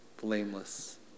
blameless